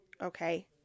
Okay